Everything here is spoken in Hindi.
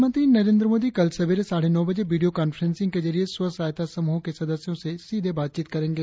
प्रधानमंत्री नरेंद्र मोदी कल सवेरे साढ़े नौ बजे वीडियों कॉन्फ्रेंसिंग के जरिए स्व सहायता समूहों के सदस्यों से सीधे बातचीत करेंगे